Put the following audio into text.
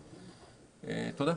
תודה.